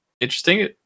interesting